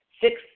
Six